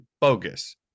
bogus